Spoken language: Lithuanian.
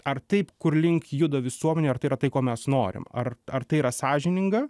ar taip kur link juda visuomenė ar tai yra tai ko mes norim ar ar tai yra sąžininga